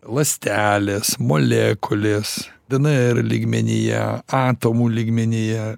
ląstelės molekulės dnr lygmenyje atomų lygmenyje